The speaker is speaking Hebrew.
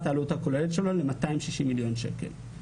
העלות הכוללת שלו ל-260 מיליון שקל.